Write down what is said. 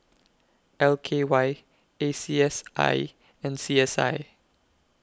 L K Y A C S I and C S I